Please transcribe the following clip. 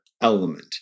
element